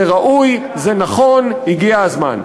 זה ראוי, זה נכון, הגיע הזמן.